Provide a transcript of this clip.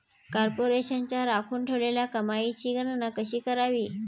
कॉर्पोरेशनच्या राखून ठेवलेल्या कमाईची गणना कशी करावी